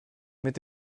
mit